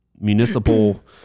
municipal